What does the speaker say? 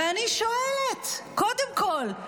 ואני שואלת קודם כול: